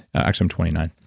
actually, i'm twenty nine.